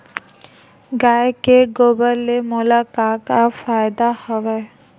गाय के गोबर ले मोला का का फ़ायदा हवय?